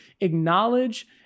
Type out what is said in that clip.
acknowledge